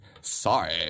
Sorry